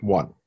one